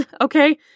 Okay